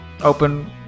Open